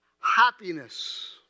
happiness